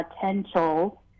potential